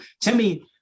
Timmy